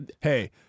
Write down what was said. Hey